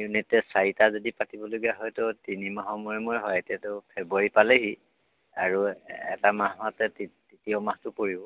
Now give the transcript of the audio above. unit test চাৰিটা যদি পাতিবলগীয়া হয় ত' তিনি মাহৰ মূৰে মূৰে হয় এতিয়াতো ফেব্ৰুৱাৰী পালেহি আৰু এটা মাহতে তিত তৃতীয় মাহটো পৰিব